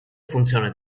funzione